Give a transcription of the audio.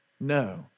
No